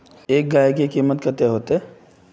एक गाय के कीमत कते होते?